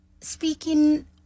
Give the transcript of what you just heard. speaking